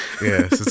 yes